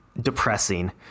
depressing